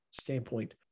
standpoint